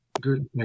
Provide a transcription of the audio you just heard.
Good